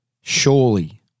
Surely